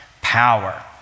power